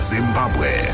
Zimbabwe